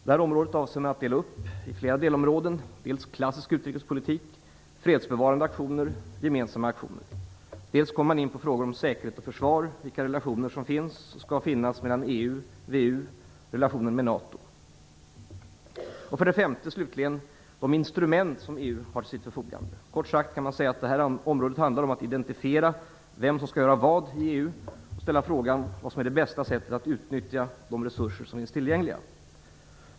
Detta område avser man att dela upp i flera delområden. Man skall dels diskutera klassisk utrikespolitik, fredsbevarande aktioner och gemensamma aktioner, dels frågor om säkerhet och försvar och vilka relationer som finns och skall finnas mellan EU och VEU och relationen med NATO. För det femte: De instrument som EU har till sitt förfogande. Kort sagt kan man säga att detta område handlar om att indentifiera vem som skall göra vad i EU och om att fråga vilket som är det bästa sättet att utnyttja de resurser som finns tillgängliga.